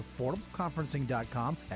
affordableconferencing.com